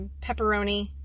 pepperoni